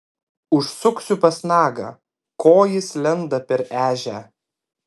užsuksiu pas nagą ko jis lenda per ežią